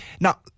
Now